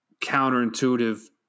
counterintuitive